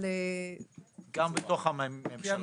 גם בתוך הממשלה.